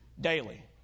Daily